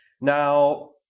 Now